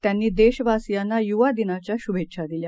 त्यांनीदेशवासियांनायुवादिनाच्याशुभेच्छादिल्या